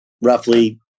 roughly